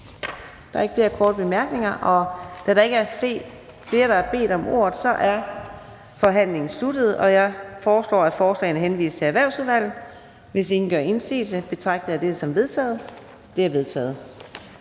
Der er ikke flere korte bemærkninger, og da der ikke er flere, der har bedt om ordet, er forhandlingen sluttet. Jeg foreslår, at forslaget henvises til Erhvervsudvalget. Hvis ingen gør indsigelse, betragter jeg dette som vedtaget. Det er vedtaget.